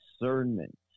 discernment